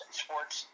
sports